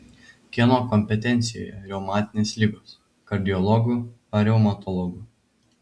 kieno kompetencijoje reumatinės ligos kardiologų ar reumatologų